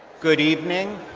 good evening.